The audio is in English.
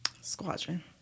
Squadron